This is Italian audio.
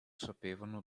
sapevano